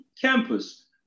campus